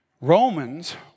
Romans